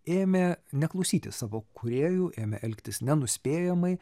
ėmė neklausyti savo kūrėjų ėmė elgtis nenuspėjamai